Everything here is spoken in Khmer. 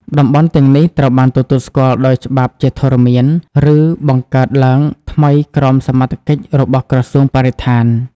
តំបន់ទាំងនេះត្រូវបានទទួលស្គាល់ដោយច្បាប់ជាធរមាន ឬបង្កើតឡើងថ្មីក្រោមសមត្ថកិច្ចរបស់ក្រសួងបរិស្ថាន។